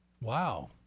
Wow